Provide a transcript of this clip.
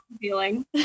feeling